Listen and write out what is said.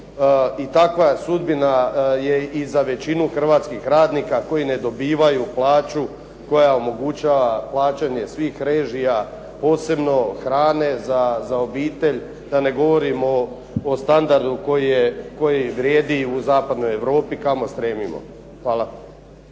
takva sudbina je i za većinu hrvatskih radnika koji ne dobivaju plaća koja omogućava plaćanje svih režija, posebno hrane za obitelj, da ne govorim o standardu koji vrijedi u Zapadnoj Europi, kao stremimo. Hvala.